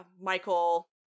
Michael